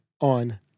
on